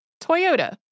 Toyota